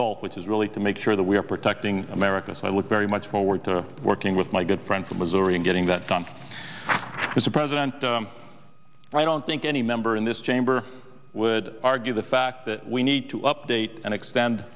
goal which is really to make sure that we are protecting america so i look very much forward to working with my good friend from missouri and getting that come as a president and i don't think any member in this chamber would argue the fact that we need to update and ex